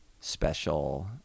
special